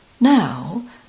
Now